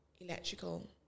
electrical